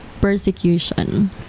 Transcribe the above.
persecution